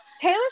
Taylor